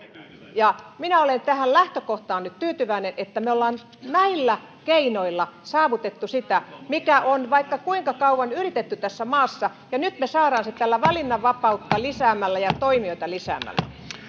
minä olen tähän lähtökohtaan nyt tyytyväinen että me olemme näillä keinoilla saavuttaneet sitä mitä on vaikka kuinka kauan yritetty tässä maassa nyt me saamme sen valinnanvapautta lisäämällä ja toimijoita lisäämällä